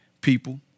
people